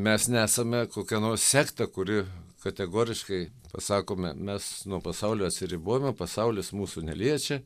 mes nesame kokia nors sekta kuri kategoriškai pasakome mes nuo pasaulio atsiribojome pasaulis mūsų neliečia